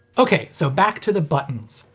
ok. so, back to the buttons.